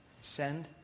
Send